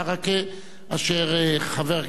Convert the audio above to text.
אשר חבר הכנסת חנא סוייד,